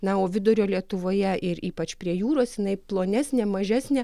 na o vidurio lietuvoje ir ypač prie jūros jinai plonesnė mažesnė